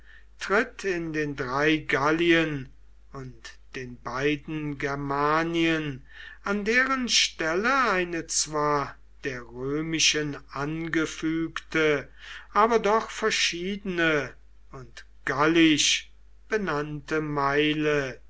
tritt in den drei gallien und den beiden germanien an deren stelle eine zwar der römischen angefügte aber doch verschiedene und gallisch benannte meile